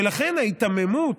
ולכן ההיתממות,